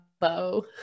bow